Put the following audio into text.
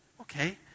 Okay